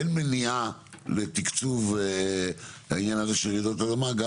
אין מניעה לתקצוב העניין הזה של רעידות אדמה גם